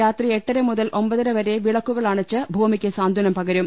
രാത്രി എട്ടര മുതൽ ഒമ്പതര വരെ വിളക്കുകൾ അണച്ച് ഭൂമിക്ക് സാന്ത്വനം പകരും